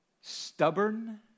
stubborn